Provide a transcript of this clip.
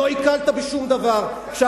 לא הקלת בשום דבר, יכול לפסול ויכול לשלול סמכות.